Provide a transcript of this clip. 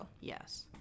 Yes